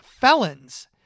felons